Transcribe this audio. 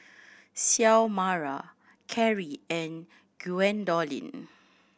Xiomara Keri and Gwendolyn